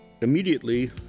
Immediately